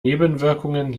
nebenwirkungen